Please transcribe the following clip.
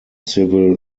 civil